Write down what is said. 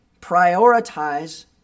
prioritize